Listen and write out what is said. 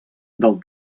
del